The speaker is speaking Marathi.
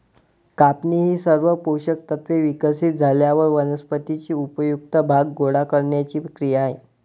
कापणी ही सर्व पोषक तत्त्वे विकसित झाल्यावर वनस्पतीचे उपयुक्त भाग गोळा करण्याची क्रिया आहे